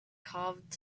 carved